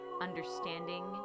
understanding